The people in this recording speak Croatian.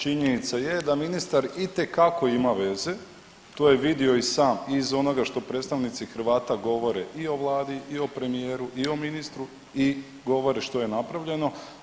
Činjenica je da ministar itekako ima veze, to je vidio i sam iz onoga što predstavnici Hrvata govore i o vladi i o premijeru i o ministru i govore što je napravljeno.